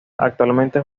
actualmente